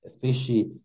fishy